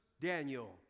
Daniel